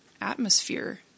atmosphere